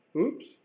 Oops